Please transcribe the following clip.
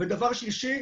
דבר שלישי,